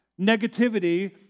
negativity